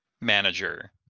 manager